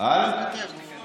אין הוראה לביטול המיסוך,